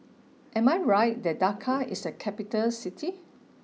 am I right that Dhaka is a capital city